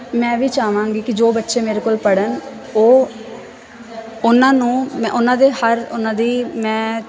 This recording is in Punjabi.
ਮੈਂ ਵੀ ਚਾਹਵਾਂਗੀ ਕਿ ਜੋ ਬੱਚੇ ਮੇਰੇ ਕੋਲ ਪੜ੍ਹਨ ਉਹ ਉਹਨਾਂ ਨੂੰ ਮੈਂ ਉਹਨਾਂ ਦੇ ਹਰ ਉਹਨਾਂ ਦੀ ਮੈਂ